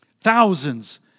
thousands